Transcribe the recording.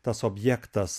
tas objektas